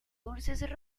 dulces